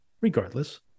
regardless